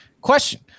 Question